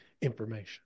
information